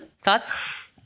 Thoughts